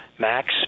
max